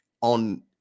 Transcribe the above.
on